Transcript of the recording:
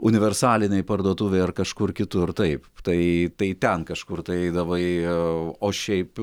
universalinėj parduotuvėj ar kažkur kitur taip tai tai ten kažkur tai eidavai o šiaip